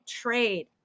trade